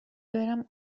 برم